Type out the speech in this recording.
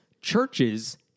Churches